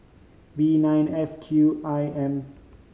V nine F Q I M